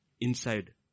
Inside